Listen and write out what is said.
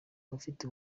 abafite